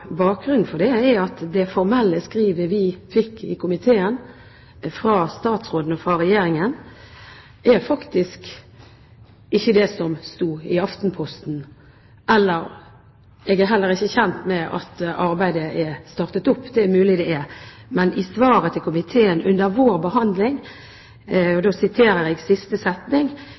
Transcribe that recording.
Bakgrunnen for det er at det formelle skrivet vi i komiteen fikk fra statsråden og Regjeringen, ikke er det som sto i Aftenposten. Jeg er heller ikke kjent med at arbeidet er startet opp. Det er mulig det er det, men i svaret til komiteen – under vår behandling – skriver statsråden i siste setning: